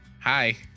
Hi